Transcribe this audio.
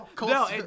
No